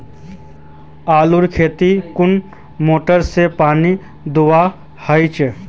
आलूर खेतीत कुन मोटर से पानी दुबा चही?